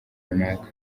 runaka